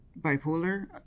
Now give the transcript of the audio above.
bipolar